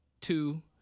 two